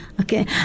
Okay